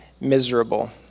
miserable